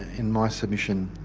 in my submission,